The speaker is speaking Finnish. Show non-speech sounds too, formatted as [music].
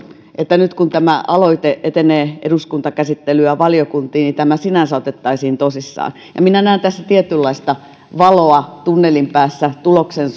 että nyt kun tämä aloite etenee eduskuntakäsittelyyn ja valiokuntiin tämä sinänsä otettaisiin tosissaan minä näen tässä tietynlaista valoa tunnelin päässä tuloksen [unintelligible]